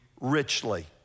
richly